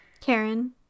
Karen